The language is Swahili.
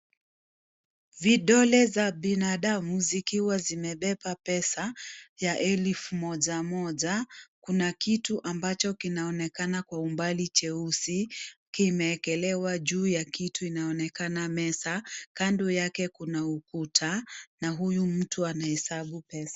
Vidole za binadamu zikiwa zimebeba pesa ya elifu moja moja. Kuna kitu ambacho kinaonekana kwa umbali cheusi. Kimekelewa juu ya kitu kinaonekana meza. Kando yake kuna ukuta na huyu mtu anahesabu pesa.